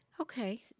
Okay